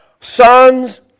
sons